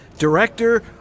director